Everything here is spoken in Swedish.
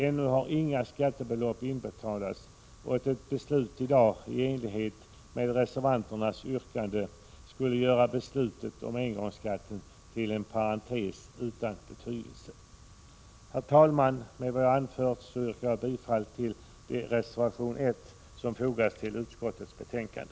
Ännu har inga skattebelopp inbetalats, och ett beslut i dag i enlighet med reservationens yrkande skulle göra beslutet om engångsskatten till en parentes utan betydelse. Herr talman! Med vad jag nu anfört yrkar jag bifall till reservation nr I som fogats vid utskottets betänkande.